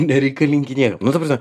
nereikalingi niekam nu ta prasme